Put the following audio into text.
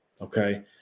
okay